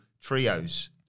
trios